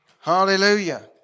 Hallelujah